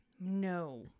no